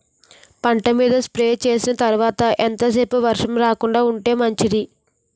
పంట మీద స్ప్రే చేసిన తర్వాత ఎంత సేపు వర్షం రాకుండ ఉంటే మంచిది?